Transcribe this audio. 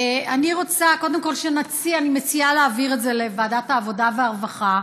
אני מציעה קודם כול להעביר את זה לוועדת העבודה והרווחה,